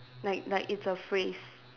like like it's a phrase